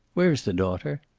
where is the daughter?